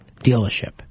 dealership